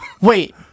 wait